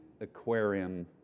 aquarium